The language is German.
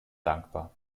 dankbar